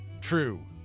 true